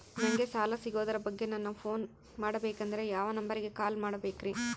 ನಂಗೆ ಸಾಲ ಸಿಗೋದರ ಬಗ್ಗೆ ನನ್ನ ಪೋನ್ ಮಾಡಬೇಕಂದರೆ ಯಾವ ನಂಬರಿಗೆ ಕಾಲ್ ಮಾಡಬೇಕ್ರಿ?